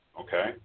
Okay